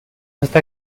esta